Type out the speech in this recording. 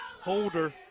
holder